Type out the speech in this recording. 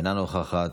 אינה נוכחת,